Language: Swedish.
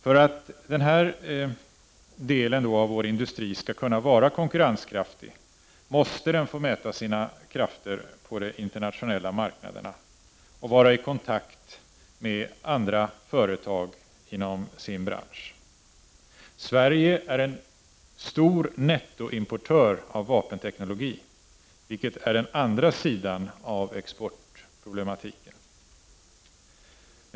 För att denna del av vår industri skall kunna vara konkurrenskraftig måste den få mäta sina krafter på de internationella marknaderna och vara i kontakt med andra företag inom sin bransch. Sverige är en stor nettoimportör av vapenteknologi, vilket är den andra sidan av exportproblematiken.